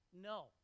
No